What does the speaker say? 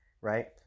Right